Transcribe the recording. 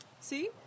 See